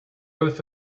growth